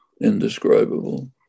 indescribable